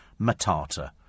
Matata